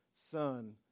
Son